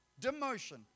Demotion